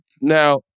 Now